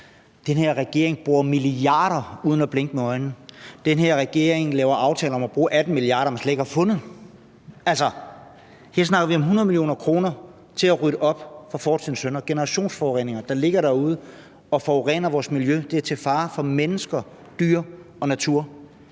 Den her regering bruger milliarder uden at blinke med øjnene. Den her regering laver aftaler om at bruge 18 mia. kr., man slet ikke har fundet. Her snakker vi om 100 mio. kr. til at rydde op efter fortidens synder – generationsforureninger, der findes derude og forurener vores miljø. Det er til fare for mennesker, dyr og natur.